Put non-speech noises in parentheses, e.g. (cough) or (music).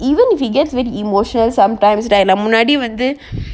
even if he gets very emotional sometimes right நா முன்னாடி வந்து:na munnadi vanthu (breath)